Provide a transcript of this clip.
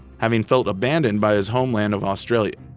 having felt abandoned by his homeland of australia.